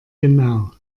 genau